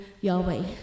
Yahweh